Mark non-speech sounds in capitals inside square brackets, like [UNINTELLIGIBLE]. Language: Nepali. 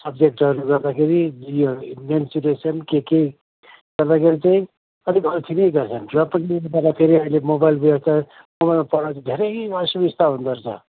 सब्जेक्टहरू गर्दाखेरि यो मेन्सुरेसन केके गर्दाखेरि चाहिँ अलिक अल्छी नै गर्छन् र पनि [UNINTELLIGIBLE] गर्दाखेरि अहिले मोबाइल छ मोबाइलमा पढउनु धेरै असुविस्ता हुँदोरहेछ